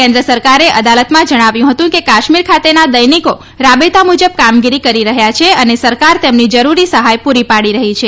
કેન્દ્ર સરકારે અદાલતમાં જણાવ્યું હતું કે કાશ્મીર ખાતેના દૈનિકો રાબેતા મુજબ કામગીરી કરી રહ્યા છે અને સરકાર તેમની જરૂરી સહાય પૂરી પાડી રહી છે